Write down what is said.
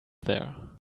there